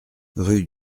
rue